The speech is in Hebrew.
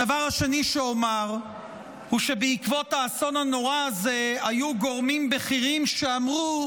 הדבר השני שאומר הוא שבעקבות האסון הנורא הזה היו גורמים בכירים שאמרו: